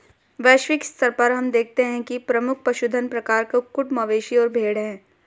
वैश्विक स्तर पर हम देखते हैं कि प्रमुख पशुधन प्रकार कुक्कुट, मवेशी और भेड़ हैं